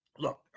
Look